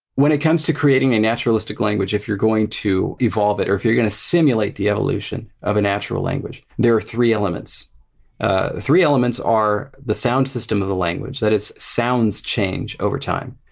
when it comes to creating a naturalistic language, if you're going to evolve it or if you're going to simulate the evolution of a natural language, there are three elements the ah three elements are the sound system of the language, that its sounds change over time.